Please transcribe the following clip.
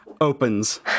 opens